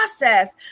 process